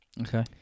Okay